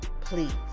Please